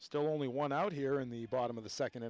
still only one out here in the bottom of the second